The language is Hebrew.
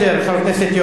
שיש "דברי הכנסת".